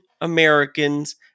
Americans